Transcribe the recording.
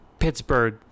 Pittsburgh